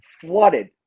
flooded